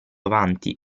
avanti